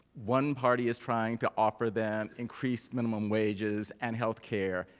one party is trying to offer them increased minimum wages and healthcare,